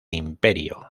imperio